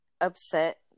upset